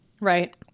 right